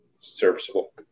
Serviceable